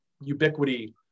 ubiquity